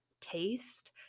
taste